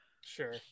Sure